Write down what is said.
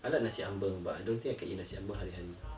I like nasi ambeng but I don't think I can eat nasi ambeng hari hari